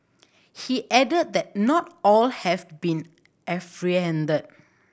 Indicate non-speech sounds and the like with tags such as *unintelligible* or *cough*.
he added that not all have been *unintelligible*